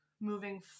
moving